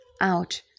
out